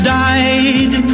died